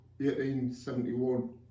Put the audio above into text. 1871